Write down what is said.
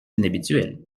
inhabituel